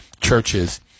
churches